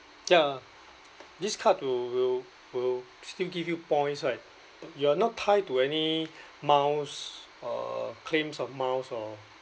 ya this card will will will still give you points right you are not tied to any miles uh claims of miles or